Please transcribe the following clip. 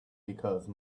because